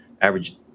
average